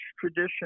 tradition